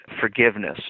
forgiveness